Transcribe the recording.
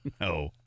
No